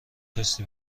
تست